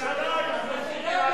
ועלו המחירים, ובירושלים ממשיכים לעלות.